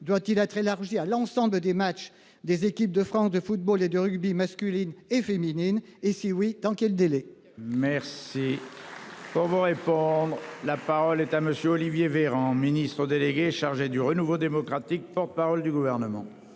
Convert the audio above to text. doit-il être élargie à l'ensemble des matchs des équipes de France de football et de rugby masculine et féminine et si oui dans quel délai. Merci. Pour vous répondre. La parole est à monsieur. Olivier Véran Ministre délégué chargé du renouveau démocratique porte-parole du gouvernement.